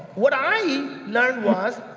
what i learned was,